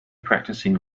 practicing